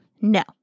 No